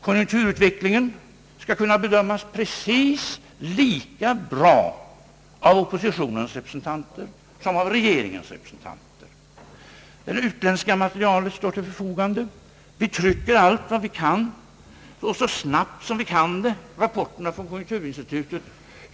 Konjunkturutvecklingen skall kunna bedömas precis lika bra av oppositionens representanter som av regeringens. Det utländska materialet står till förfogande. Vi trycker rapporterna från konjunkturinstitutet så snabbt som vi kan.